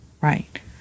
right